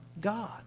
God